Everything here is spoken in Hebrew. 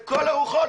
לכל הרוחות.